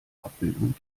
abbildung